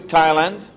Thailand